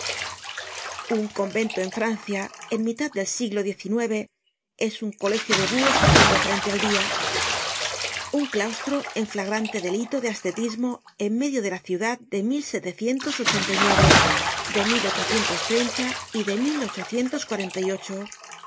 un convento en francia en mitad del siglo xix es un colegio de buhos haciendo frente al dia un claustro en flagrante delito de ascetis ruo en medio de la ciudad de de y de roma viviendo dentro de parís es